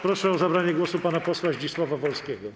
Proszę o zabranie głosu pana posła Zdzisława Wolskiego.